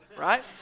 right